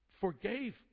forgave